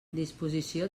disposició